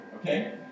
Okay